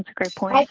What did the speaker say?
great point.